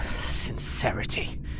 Sincerity